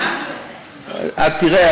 תראה,